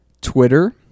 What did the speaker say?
Twitter